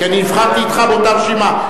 כי נבחרתי אתך באותה רשימה.